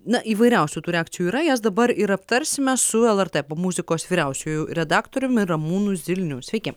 na įvairiausių tų reakcijų yra jas dabar ir aptarsime su lrt popmuzikos vyriausiuoju redaktoriumi ramūnu zilniu sveiki